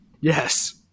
Yes